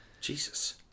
Jesus